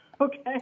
Okay